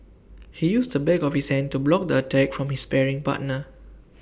he used the back of his hand to block the attack from his sparring partner